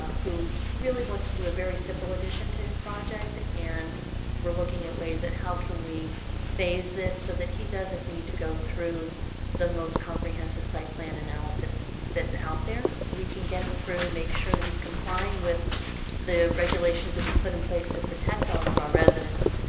who really wants to do a very simple addition to his project. and we're looking ways at how can we phase this so that he doesn't need to go through the most comprehensive site plan analysis that's out there? we can get him through, make sure that he's complying with the regulations that we've put in place to protect all of our residents,